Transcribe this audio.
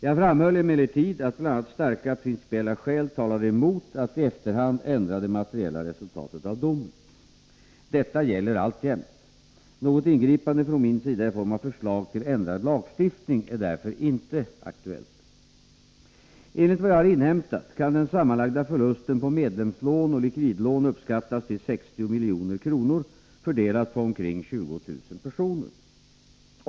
Jag framhöll emellertid att bl.a. starka principiella skäl talade emot att i efterhand ändra det materiella resultatet av domen. Detta gäller alltjämt. Något ingripande från min sida i form av förslag till ändrad lagstiftning är därför inte aktuellt. Enligt vad jag inhämtat kan den sammanlagda förlusten på medlemslån och likvidlån uppskattas till 60 milj.kr. fördelade på omkring 20000 personer.